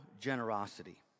generosity